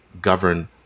govern